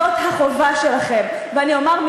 שכן אתם אמורים לדאוג שכספי ציבור יחולקו בצורה הוגנת,